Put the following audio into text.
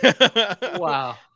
Wow